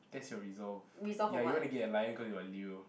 that's your resolve ya you wanna get a lion cause you're Leo